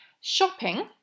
shopping